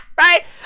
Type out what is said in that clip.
Right